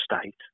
state